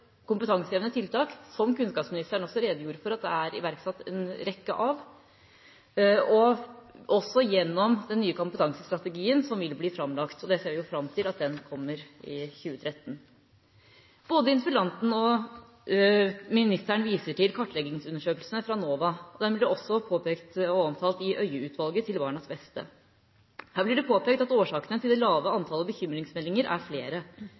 kompetansehevende tiltak, som kunnskapsministeren også redegjorde for at det er iverksatt en rekke av, og også gjennom den nye kompetansestrategien som vil bli framlagt. Vi ser fram til at den kommer i 2013. Både interpellanten og ministeren viser til kartleggingsundersøkelsen fra NOVA. Den blir også omtalt i Øie-utvalgets innstilling Til barnas beste. Her blir det påpekt at årsakene til det lave antallet bekymringsmeldinger er flere.